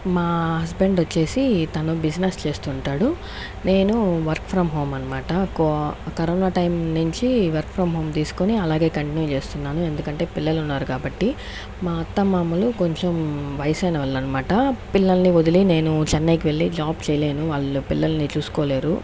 మా హస్బెండ్ వచ్చేసి తను బిజినెస్ చేస్తుంటాడు నేను వర్క్ ఫ్రం హోం అనమాట కో కరోనా టైం నుంచి వర్క్ ఫ్రం హోం తీసుకొని అలాగే కంటిన్యూ చేస్తున్నాను ఎందుకంటే పిల్లలు ఉన్నారు కాబట్టి మా అత్తమామలు కొంచెం వయసు అయిన వాళ్లు అనమాట పిల్లల్ని వదిలి నేను చెన్నైకి వెళ్లి జాబ్ చేయలేను వాళ్ళు పిల్లల్ని చూసుకోలేరు